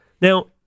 Now